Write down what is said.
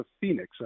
phoenix